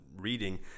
reading